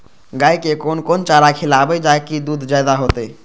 गाय के कोन कोन चारा खिलाबे जा की दूध जादे होते?